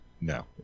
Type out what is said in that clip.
no